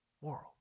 world